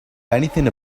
anything